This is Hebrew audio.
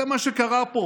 זה מה שקרה פה.